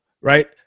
right